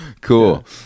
cool